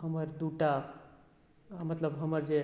हमर दूटा मतलब हमर जे